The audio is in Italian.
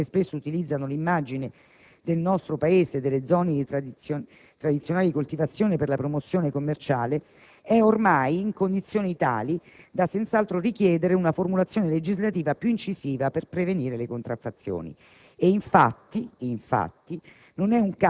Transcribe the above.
produzioni alimentari tipiche del *made in Italy*, che spesso utilizzano l'immagine del nostro Paese e delle zone tradizionali di coltivazione per la promozione commerciale, è ormai tale da richiedere senz'altro una formulazione legislativa più incisiva al fine di prevenire le contraffazioni.